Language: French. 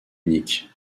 unique